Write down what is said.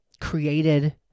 created